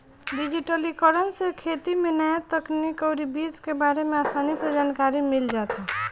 डिजिटलीकरण से खेती में न्या तकनीक अउरी बीज के बारे में आसानी से जानकारी मिल जाता